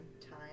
time